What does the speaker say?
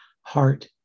heart